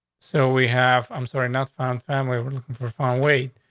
so we have. i'm sorry. not found family. we're looking for fun. wait,